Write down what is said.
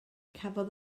cafodd